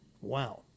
Wow